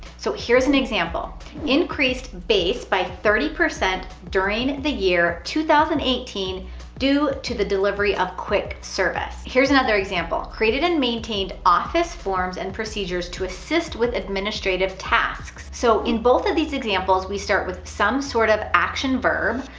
so here's an example increased base by thirty percent during the year two thousand and eighteen due to the delivery of quick service. here's another example created and maintained office forms and procedures to assist with administrative tasks. so, in both of these examples, we start with some sort of action verb,